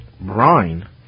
brine